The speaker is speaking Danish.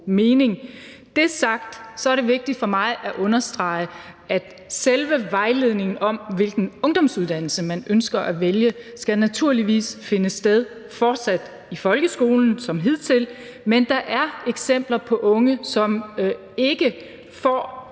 det sagt er det vigtigt for mig at understrege, at selve vejledningen om, hvilken ungdomsuddannelse man ønsker at vælge, naturligvis fortsat skal finde sted i folkeskolen som hidtil. Men der er eksempler på unge, som ikke får